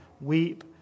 weep